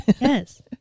Yes